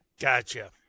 Gotcha